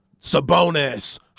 Sabonis